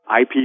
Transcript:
IP